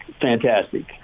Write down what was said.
fantastic